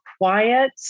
quiet